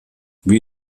wie